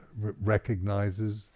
recognizes